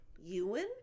Ewan